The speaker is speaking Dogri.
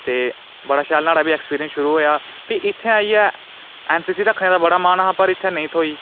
ते बडा शैल न्हाड़ा बी ऐक्सपीरियंस शुरु होएआ फ्ही इत्थै आइयै एन सी सी रक्खने दा बडा मन हा पर नेईं थ्होई